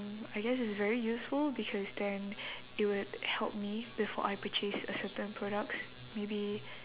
I guess it's very useful because then it would help me before I purchase a certain products maybe